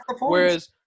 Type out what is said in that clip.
Whereas